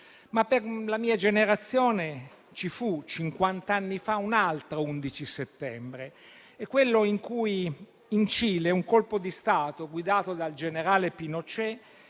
Per la mia generazione ci fu, cinquant'anni fa, un altro 11 settembre: quello in cui in Cile un colpo di Stato guidato dal generale Pinochet